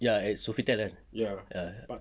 ya at sofitel kan